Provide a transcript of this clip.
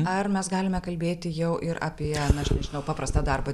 ar mes galime kalbėti jau ir apie na aš nežinau paprastą darbą